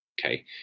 Okay